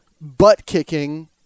butt-kicking